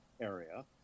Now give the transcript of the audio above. area